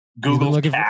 Google